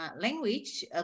language